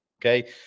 okay